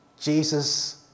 Jesus